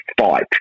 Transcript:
fight